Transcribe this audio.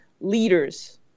leaders